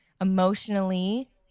emotionally